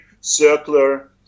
circular